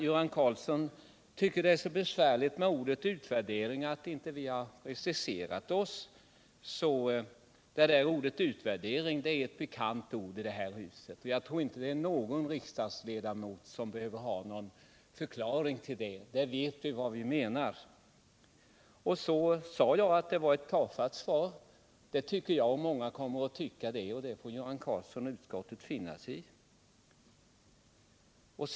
Göran Karlsson tycker det är så besvärligt att vi inte preciserat oss när det gäller ordet utvärdering. Ordet utvärdering är bekant i det här huset. Jag tror inte det är någon riksdagsledamot som behöver ha någon förklaring — alla vet, vad vi menar med det. Så sade jag att det var ett tafatt svar. Det tycker jag, och många kommer att tycka det — och det får Göran Karlsson och utskottet finna sig i.